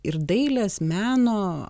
ir dailės meno